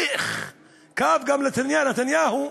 איך כאב גם נתניהו,